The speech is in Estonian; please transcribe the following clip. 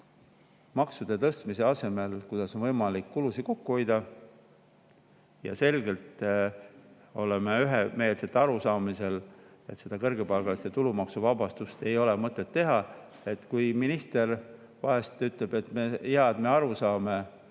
maksude tõstmise asemel on võimalik kulusid kokku hoida, ja me oleme üksmeelselt selgel arusaamisel, et seda kõrgepalgaliste tulumaksuvabastust ei ole mõtet teha. Minister vahest ütleb, et hea, et me aru saame,